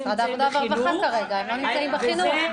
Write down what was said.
משרד העבודה והרווחה כרגע, הם לא נמצאים בחינוך.